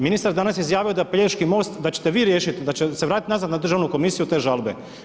Ministar je danas izjavio da Pelješki most, da ćete vi riješiti, da će se vratiti nazad na državnu komisiju te žalbe.